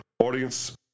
audience